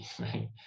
right